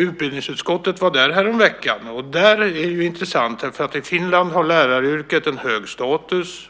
Utbildningsutskottet var där häromveckan, och det var intressant. I Finland har läraryrket en hög status.